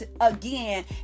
again